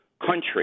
country